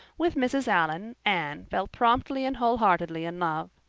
with mrs. allan anne fell promptly and wholeheartedly in love.